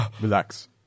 relax